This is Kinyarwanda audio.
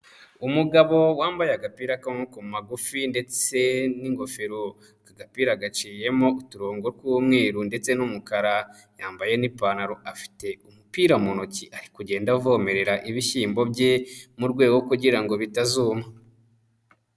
Umugabo wambaye agapira k'amaboko magufi ndetse n'ingofero, ako gapira gaciyemo uturongo tw'umweru ndetse n'umukara, yambaye n'ipantaro afite umupira mu ntoki ari kugenda avomerera ibishyimbo bye, mu rwego kugira ngo bitazuma.